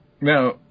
Now